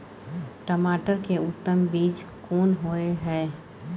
टमाटर के उत्तम बीज कोन होय है?